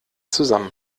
zusammen